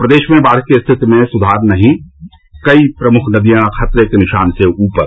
प्रदेश में बाढ़ की स्थिति में सुधार नहीं कई प्रमुख नदियां खतरे के निशान से ऊपर